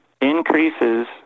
increases